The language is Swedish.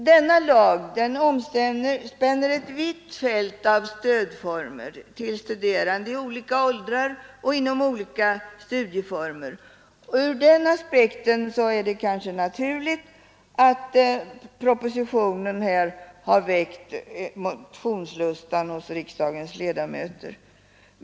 Denna lag omspänner ett vitt fält av stödnormer till studerande i olika åldrar och inom olika studieformer. Ur den aspekten är det kanske naturligt att propositionen väckt motionslustan hos riksdagens ledamöter.